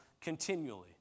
continually